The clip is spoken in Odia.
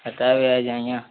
ହେଟା ବି ଆଏ ଯେ ଆଜ୍ଞା